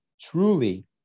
truly